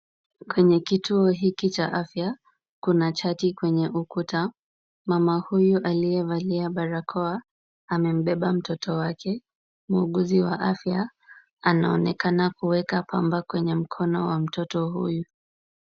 Kwenye kituo hiki cha afya kuna chati kwenye ukuta. Mama huyu aliyevalia barakoa amembeba mtoto wake ,muuguzi wa afya anaonekana kuweka pamba Kwenye mkono wa mtoto huyu.